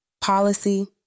Policy